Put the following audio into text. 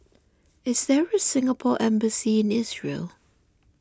is there a Singapore Embassy in Israel